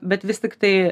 bet vis tiktai